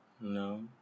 No